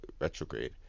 retrograde